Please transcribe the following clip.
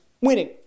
winning